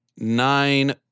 Nine